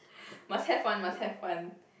must have one must have one